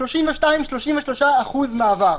32%-33% מעבר.